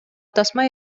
тасма